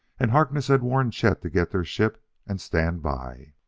and harkness had warned chet to get their ship and stand by.